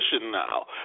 now